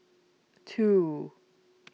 two